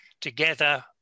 together